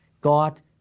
God